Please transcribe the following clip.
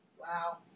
Wow